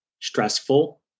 stressful